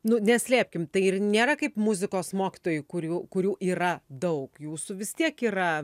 nu neslėpkim tai ir nėra kaip muzikos mokytojai kurių kurių yra daug jūsų vis tiek yra